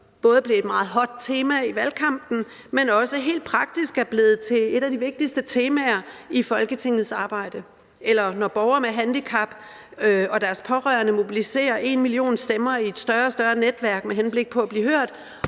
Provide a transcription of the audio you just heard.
både blev et meget hot tema i valgkampen, men også helt praktisk er blevet til et af de vigtigste temaer i Folketingets arbejde. Eller det kan være, når borgere med handicap og deres pårørende mobiliserer en million stemmer i et større og større netværk med henblik på at blive hørt,